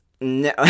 No